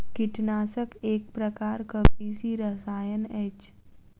कीटनाशक एक प्रकारक कृषि रसायन अछि